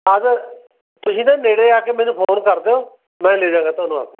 ਤੁਸੀਂ ਨਾ ਨੇੜੇ ਆ ਕੇ ਮੈਨੂੰ ਫੋਨ ਕਰ ਦਿਓ ਮੈਂ ਲੈ ਜਾਂਗਾ ਤੁਹਾਨੂੰ ਆ ਕੇ ਓਕੇ